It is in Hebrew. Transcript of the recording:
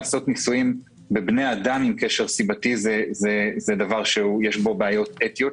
לעשות ניסויים בבני אדם עם קשר סיבתי יש בזה בעיות אתיות,